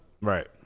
right